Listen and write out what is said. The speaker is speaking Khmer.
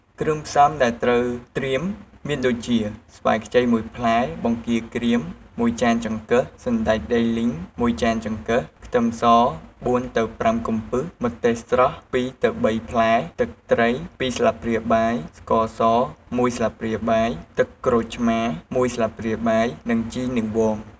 គ្រឿងផ្សំដែលត្រូវត្រៀមមានដូចជា ស្វាយខ្ចី ១ ផ្លែ បង្គាក្រៀម ១ ចានចង្កឹះ សណ្ដែកដីលីង ១ ចានចង្កឹះ ខ្ទឹមស ៤ ទៅ ៥ កំពឹស ម្ទេសស្រស់ ២ ទៅ ៣ ផ្លែ ទឹកត្រី ២ ស្លាបព្រាបាយ ស្ករស ១ ស្លាបព្រាបាយ ទឹកក្រូចឆ្មារ ១ ស្លាបព្រាបាយ និង ជីនាងវង។